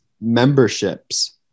memberships